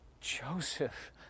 Joseph